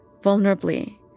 Vulnerably